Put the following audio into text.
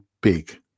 big